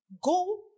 go